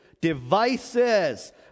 devices